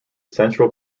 central